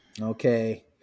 Okay